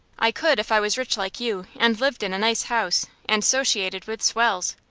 i could if i was rich like you, and lived in a nice house, and sociated with swells.